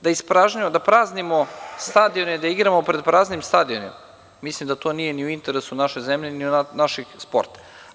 Da praznimo stadione, da igramo pred praznim stadionima, mislim da to nije ni u interesu naše zemlje, ni našeg sporta.